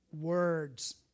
words